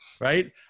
Right